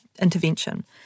intervention